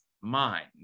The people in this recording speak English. mind